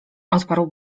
odparł